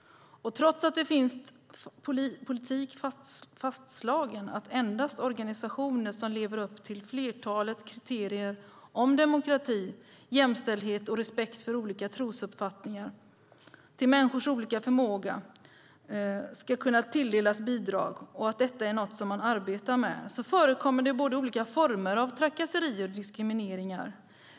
Trots att det finns politik fastslagen om att endast organisationer som lever upp till flertalet kriterier om demokrati, jämställdhet och respekt för olika trosuppfattningar och människors olika förmåga ska kunna tilldelas bidrag och att detta är något som man arbetar med förekommer det olika former av trakasserier och diskriminering.